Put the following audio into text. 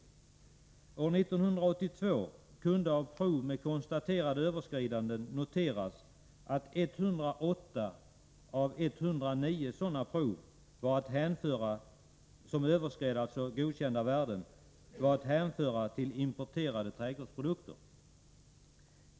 1982 kunde noteras att 108 av 109 prov med konstaterade överskridanden av godkända värden var att hänföra till importerade trädgårdsprodukter.